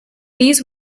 these